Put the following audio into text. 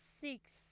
six